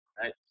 right